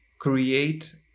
create